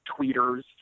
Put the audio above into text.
tweeters